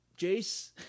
Jace